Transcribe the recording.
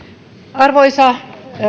arvoisa